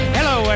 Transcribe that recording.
Hello